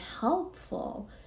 helpful